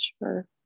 sure